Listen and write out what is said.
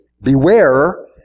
Beware